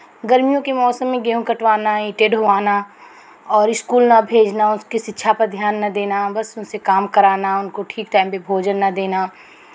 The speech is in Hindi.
गर्मियों के मौसम में गेहूँ कटवाना ईंटे ढोवाना और इस्कूल ना भेजना उनकी शिक्षा पर ध्यान ना देना बस उनसे काम कराना उनको ठीक टाइम पे भोजन ना देना